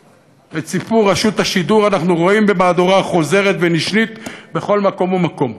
את סיפור רשות השידור אנחנו רואים במהדורה חוזרת ונשנית בכל מקום ומקום: